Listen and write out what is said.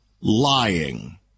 lying